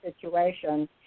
situation